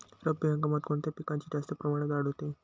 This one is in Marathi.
रब्बी हंगामात कोणत्या पिकांची जास्त प्रमाणात वाढ होते?